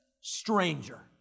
stranger